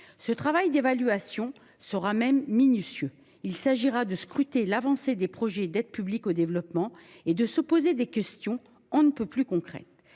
Ce travail d’évaluation sera minutieux. Il s’agira de scruter l’avancée des projets d’aide publique au développement et de se poser des questions on ne peut plus concrètes.